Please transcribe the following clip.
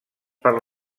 per